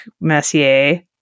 Messier